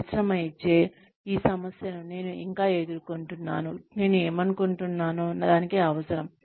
పరిశ్రమ ఇచ్చే ఈ సమస్యను నేను ఇంకా ఎదుర్కొంటున్నాను నేను ఏమనుకుంటున్నానో దానికి అవసరం